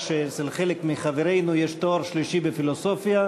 שלחלק מחברינו יש תואר שלישי בפילוסופיה,